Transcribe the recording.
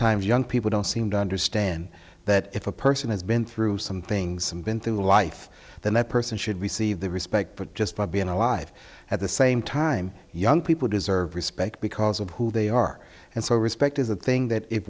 times young people don't seem to understand that if a person has been through some things and been through life then that person should receive the respect that just by being alive at the same time young people deserve respect because of who they are and so respect is the thing that if